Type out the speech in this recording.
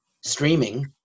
streaming